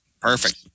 Perfect